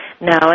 No